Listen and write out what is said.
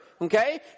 Okay